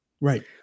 right